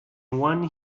one